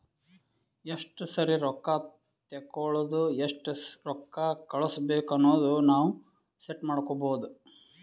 ಎಸ್ಟ ಸರಿ ರೊಕ್ಕಾ ತೇಕೊಳದು ಎಸ್ಟ್ ರೊಕ್ಕಾ ಕಳುಸ್ಬೇಕ್ ಅನದು ನಾವ್ ಸೆಟ್ ಮಾಡ್ಕೊಬೋದು